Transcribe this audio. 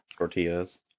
tortillas